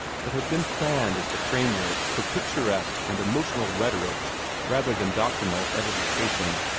but had been planned as the framework for picturesque and emotional rhetoric rather than doctrinal edification.